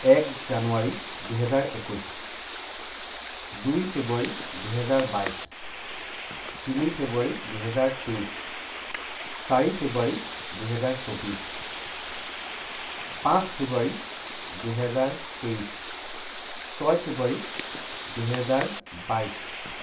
এক জানুৱাৰী দুহেজাৰ একৈছ দুই ফেব্ৰুৱাৰী দুহেজাৰ বাইছ তিনি ফেব্ৰুৱাৰী দুহেজাৰ তেইছ চাৰি ফেব্ৰুৱাৰী দুহেজাৰ চৌব্বিছ পাঁচ ফেব্ৰুৱাৰী দুহেজাৰ তেইছ ছয় ফেব্ৰুৱাৰী দুহেজাৰ বাইছ